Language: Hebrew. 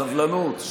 סבלנות.